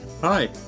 hi